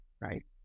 right